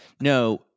No